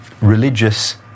religious